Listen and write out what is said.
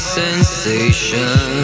sensation